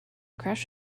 crash